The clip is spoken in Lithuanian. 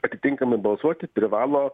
atitinkamai balsuoti privalo